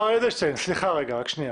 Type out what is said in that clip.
מר' אדלשטיין, סליחה רגע, רק שנייה.